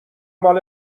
مال